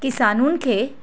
किसाननि खे